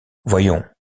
voyons